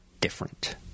different